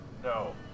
No